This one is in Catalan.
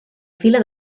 fila